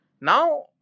Now